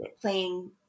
playing